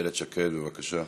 איילת שקד, בבקשה.